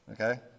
Okay